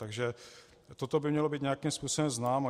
Takže toto by mělo být nějakým způsobem známo.